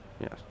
Yes